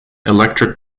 electric